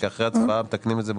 אחרי ההצבעה מתקנים את זה בחוק?